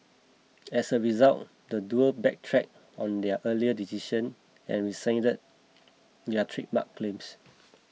as a result the duo backtracked on their earlier decision and rescinded their trademark claims